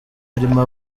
yarimo